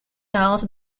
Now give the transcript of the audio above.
out